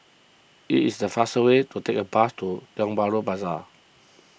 it is the faster way to take the bus to Tiong Bahru Plaza